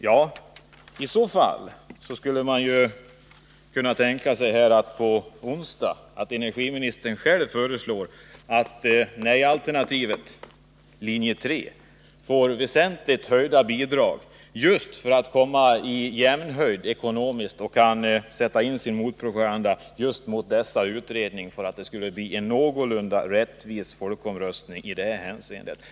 Ja, i så fall skulle man kunna tänka sig att energiministern nästkommande onsdag föreslår att nej-alternativet, linje 3, får väsentligt höjda bidrag för att komma i jämnhöjd med övriga alternativ ekonomiskt, så att man kan sätta in sin motpropaganda just mot sådana här utredningar och så att det kan bli en någorlunda rättvis folkomröstning i det här hänseendet.